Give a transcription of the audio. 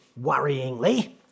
worryingly